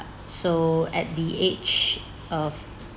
so at the age of